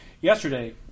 yesterday